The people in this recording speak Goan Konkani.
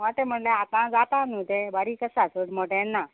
मोटें म्हणलें आतां जाता न्हू तें बारीक आसा चड मोटेन ना